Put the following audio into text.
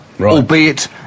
albeit